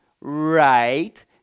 right